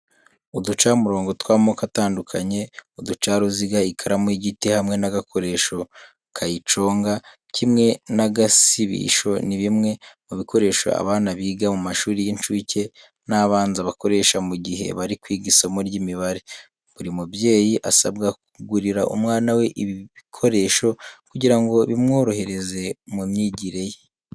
Uducamurongo tw'amoko atandukanye, uducaruziga, ikaramu y'igiti hamwe n'agakoresho kayiconga kimwe n'agasibisho. Ni bimwe mu bikoresho abana biga mu mashuri y'incuke n'abanza bakoresha mu gihe bari kwiga isomo ry'imibare. Buri mubyeyi asabwa kugurira umwana we ibi bikoresho kugira ngo bimworohereze mu myigire ye.